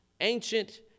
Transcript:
ancient